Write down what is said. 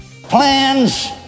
Plans